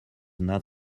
not